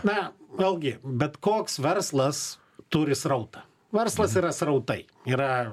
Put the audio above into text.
na vėlgi bet koks verslas turi srautą verslas yra srautai yra